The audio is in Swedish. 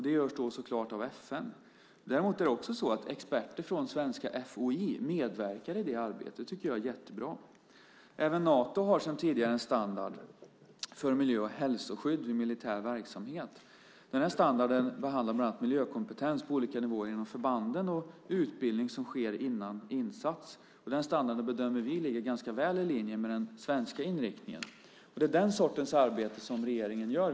Det görs då förstås av FN. Experter från svenska FOI medverkar i det arbetet. Det är jättebra. Även Nato har sedan tidigare en standard för miljö och hälsoskydd vid militär verksamhet. Standarden behandlar bland annat miljökompetens på olika nivåer inom förbanden och utbildning som sker innan insats. Den standarden bedömer vi ligger väl i linje med den svenska inriktningen. Det är den sortens arbete som regeringen gör.